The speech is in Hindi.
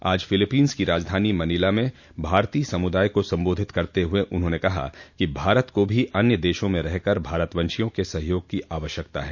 आज फिलिपींस की राजधानी मनीला में भारतीय समुदाय को संबोधित करते हुए उन्हाने कहा कि भारत को भी अन्य देशों में रह रहे भारतवंशियों के सहयोग की आवश्यकता है